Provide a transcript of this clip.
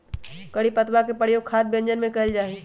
करी पत्तवा के प्रयोग खाद्य व्यंजनवन में कइल जाहई